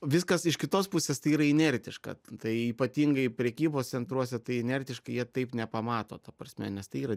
viskas iš kitos pusės tai yra inertiška tai ypatingai prekybos centruose tai inertiškai jie taip nepamato ta prasme nes tai yra